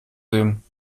sehen